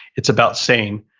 it's about saying,